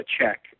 check